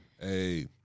Hey